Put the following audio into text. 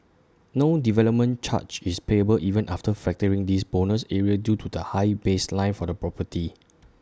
no development charge is payable even after factoring this bonus area due to the high baseline for the property